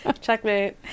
Checkmate